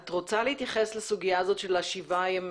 את רוצה להתייחס לסוגיה הזאת של שבעה ימים